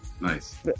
Nice